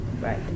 Right